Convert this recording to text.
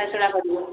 ଦେଖାଶୁଣା କରିବୁ